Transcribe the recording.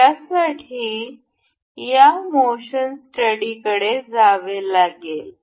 त्यासाठी या motion study कडे जावे लागेल